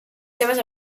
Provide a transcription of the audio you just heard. seves